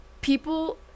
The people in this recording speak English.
people